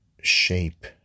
shape